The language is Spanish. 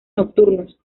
nocturnos